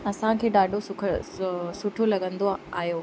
असांखे ॾाढो सुख सुठो लॻंदो आहियो